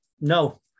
no